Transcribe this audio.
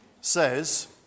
says